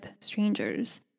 strangers